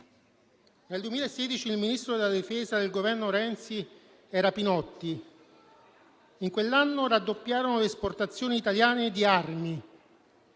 Nel 2016 il Ministro della difesa del Governo Renzi era Pinotti; in quell'anno raddoppiarono le esportazioni italiane di armi.